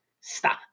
Stop